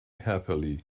happily